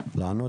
יענה